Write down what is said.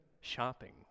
shopping